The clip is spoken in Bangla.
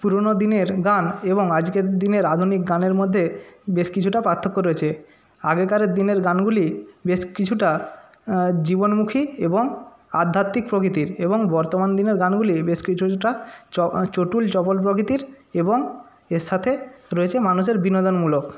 পুরোনো দিনের গান এবং আজকের দিনের আধুনিক গানের মদ্যে বেশ কিছুটা পার্থক্য রয়েছে আগেকারের দিনের গানগুলি বেশ কিছুটা জীবনমুখী এবং আধ্যাত্মিক প্রকৃতির এবং বর্তমান দিনের গানগুলি বেশ কিছুটা চটুল চপল প্রকৃতির এবং এর সাথে রয়েছে মানুষের বিনোদনমূলক